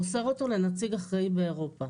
הוא מוסר אותו לנציג אחראי באירופה.